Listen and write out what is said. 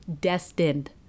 destined